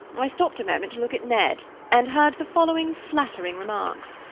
i stopped a moment to look at ned, and heard the following flattering remarks.